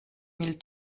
mille